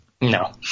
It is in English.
No